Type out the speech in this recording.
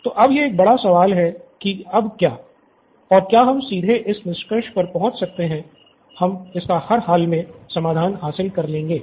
तो अब ये एक बड़ा सवाल है की 'अब क्या' और क्या हम सीधे इस निष्कर्ष पर पहुँच सकते हैं हम इसका हर हाल मे समाधान हासिल कर लेंगे